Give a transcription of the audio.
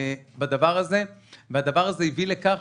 הדבר הזה הביא לכך,